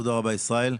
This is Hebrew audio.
תודה רבה, ישראל.